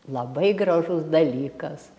labai gražus dalykas